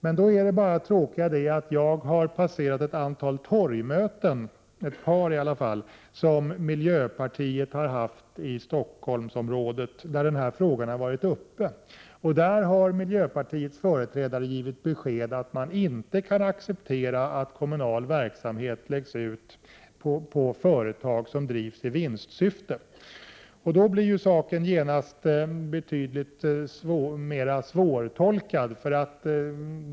Men det tråkiga är då bara att jag har passerat ett par torgmöten — som miljöpartiet har hållit i Stockholmsområdet, varvid frågan har berörts. Där har miljöpartiets företrädare givit besked om att man inte kan acceptera att kommunal verksamhet läggs ut på företag som drivs i vinstsyfte. Då blir saken genast betydligt mer svårtolkad.